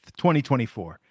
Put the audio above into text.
2024